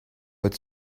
but